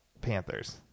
Panthers